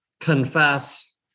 confess